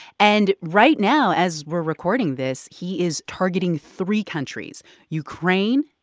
and right now, as we're recording this, he is targeting three countries ukraine,